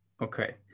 Okay